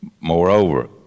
Moreover